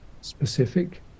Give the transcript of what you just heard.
specific